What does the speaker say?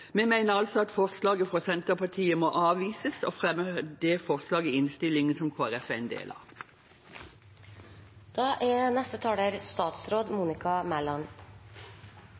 Vi mener altså at representantforslaget fra Senterpartiet må avvises, og anbefaler det forslaget i innstillingen som Kristelig Folkeparti er en del